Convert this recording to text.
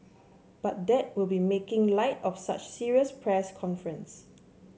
but that would be making light of such serious press conference